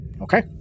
okay